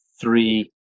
three